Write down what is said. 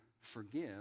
Forgive